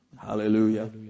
Hallelujah